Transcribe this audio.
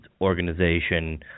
organization